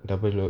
double load